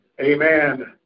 Amen